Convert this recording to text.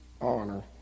honor